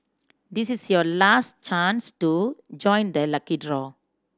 this is your last chance to join the lucky draw